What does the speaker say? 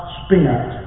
spent